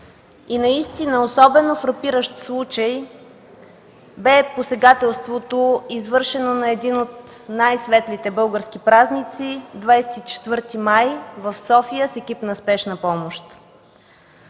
Наистина особено фрапиращ случай бе посегателството, извършено на един от най-светлите български празници 24 май в София с екип на Спешна помощ.